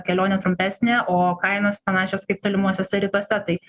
kelionė trumpesnė o kainos panašios kaip tolimuosiuose rytuose tai